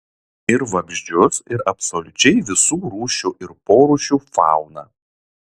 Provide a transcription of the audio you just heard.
ir vabzdžius ir absoliučiai visų rūšių ir porūšių fauną